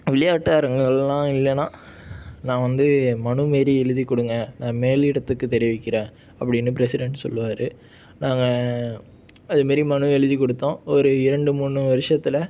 விளையாட்டு அரங்குகளெலாம் இல்லைன்னா நான் வந்து என் மனு மாரி எழுதி கொடுங்க நான் மேல் இடத்துக்கு தெரிவிக்கிறேன் அப்படின்னு பிரெசிடெண்ட் சொல்லுவார் நாங்கள் அதுமாரி மனு எழுதி கொடுத்தோம் ஒரு இரண்டு மூணு வருஷத்தில்